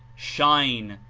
shine,